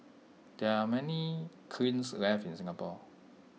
there are many kilns left in Singapore